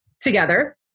together